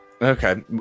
okay